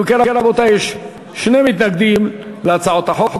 אם כן, רבותי, יש שני מתנגדים להצעות החוק.